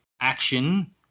action